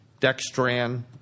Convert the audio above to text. dextran